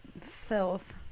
filth